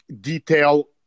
detail